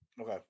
Okay